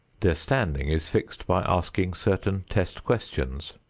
their standing is fixed by asking certain test questions.